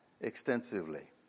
extensively